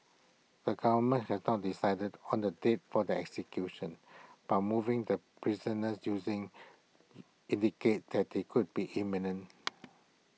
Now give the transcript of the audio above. the government has not decided on the date for the executions but moving the prisoners using indicates that they could be imminent